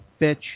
bitch